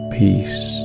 peace